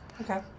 Okay